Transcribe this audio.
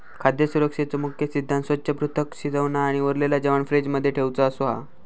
खाद्य सुरक्षेचो मुख्य सिद्धांत स्वच्छ, पृथक, शिजवना आणि उरलेला जेवाण फ्रिज मध्ये ठेउचा असो हा